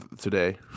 today